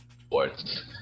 sports